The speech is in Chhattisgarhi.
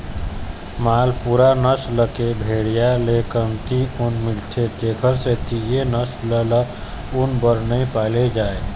मालपूरा नसल के भेड़िया ले कमती ऊन मिलथे तेखर सेती ए नसल ल ऊन बर नइ पाले जाए